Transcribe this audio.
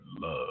Love